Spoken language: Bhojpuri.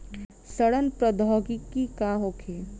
सड़न प्रधौगकी का होखे?